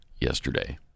yesterday